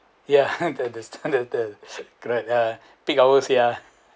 ya the the the the correct ya peak hours ya